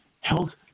health